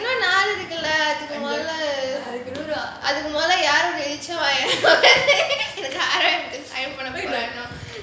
ஏன் நாள் இருக்குல்ல அதுக்கு:yaen naal irukula athuku அதுக்கு மொதல்ல யாரோ ஒரு இளிச்சவாயன்:athuku mothalla yaaro oru ilichavaayan